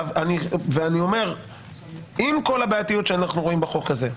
עם כל הבעייתיות שאנחנו רואים בחוק הזה,